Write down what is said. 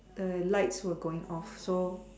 err lights were going off so